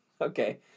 Okay